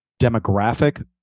demographic